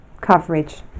coverage